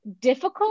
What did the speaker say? difficult